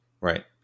Right